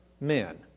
men